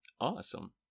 Awesome